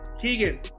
Keegan